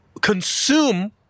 consume